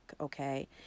okay